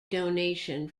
donation